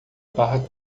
barra